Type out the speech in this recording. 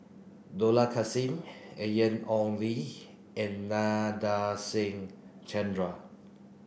Dollah Kassim Ian Ong Li and Nadasen Chandra